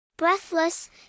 Breathless